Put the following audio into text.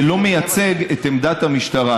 זה לא מייצג את עמדת המשטרה.